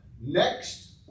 next